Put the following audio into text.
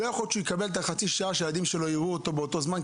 לא יכול להיות שהוא יקבל חצי שעה שהילדים שלו יראו אותו באותו זמן,